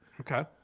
Okay